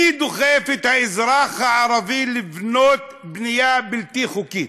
מי דוחף את האזרח הערבי לבנות בנייה בלתי חוקית?